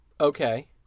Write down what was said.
Okay